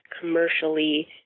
commercially